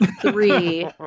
Three